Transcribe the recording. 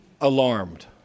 alarmed